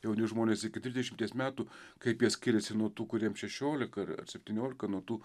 jauni žmonės iki trisdešimties metų kaip jie skiriasi nuo tų kuriem šešiolika ar ar septyniolika nuo tų